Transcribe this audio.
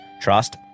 trust